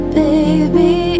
baby